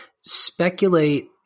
speculate